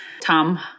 Tom